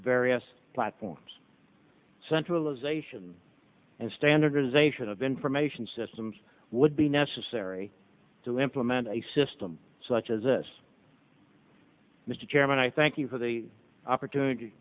various platforms centralization and standardization of information systems would be necessary to implement a system such as this mr chairman i thank you for the opportunity